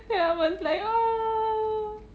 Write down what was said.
ya I was like !aww!